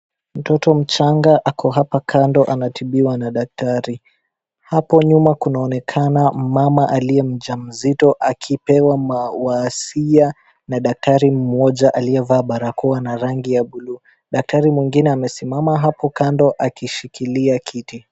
Mtoto mchanga ako hapa kando anatibiwa na daktari hapo nyuma kunaonekana mama aliye mjamzito akipewa mawasia na daktari mmoja aliyevaa barokoa la rangi ya bluu daktari mwingine amesimama hapo kando akeshikilia kiti.